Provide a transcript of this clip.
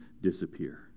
disappear